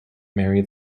mary